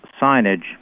signage